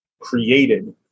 created